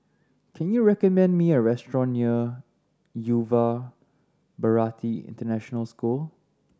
can you recommend me a restaurant near Yuva Bharati International School